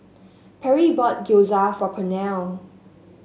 Perry bought Gyoza for Pernell